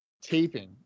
taping